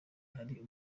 hari